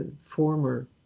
former